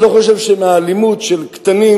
אני לא חושב שמאלימות של קטנים,